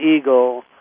eagle